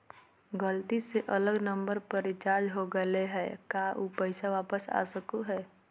गलती से अलग नंबर पर रिचार्ज हो गेलै है का ऊ पैसा वापस आ सको है?